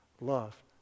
love